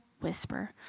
whisper